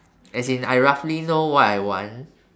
as in I roughly know what I want